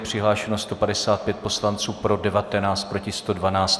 Přihlášeno 155 poslanců, pro 19, proti 112.